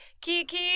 Kiki